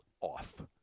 off